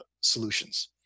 solutions